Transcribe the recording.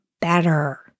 better